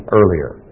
earlier